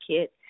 kit